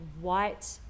white